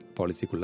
policy